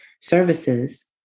services